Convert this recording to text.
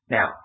Now